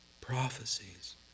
prophecies